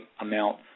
amount